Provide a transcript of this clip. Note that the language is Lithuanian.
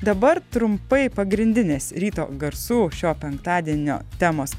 dabar trumpai pagrindinės ryto garsų šio penktadienio temos